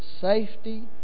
safety